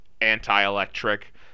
anti-electric